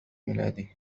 ميلادي